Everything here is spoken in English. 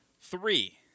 Three